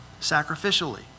sacrificially